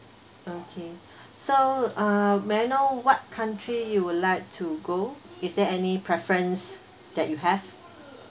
okay so uh may I know what country you would like to go is there any preference that you have